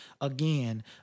Again